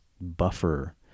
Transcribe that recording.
buffer